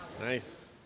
Nice